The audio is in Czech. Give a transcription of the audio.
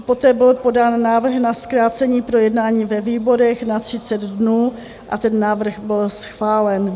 Poté byl podán návrh na zkrácení projednání ve výborech na 30 dnů a ten návrh byl schválen.